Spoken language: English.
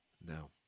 No